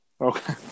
Okay